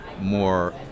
more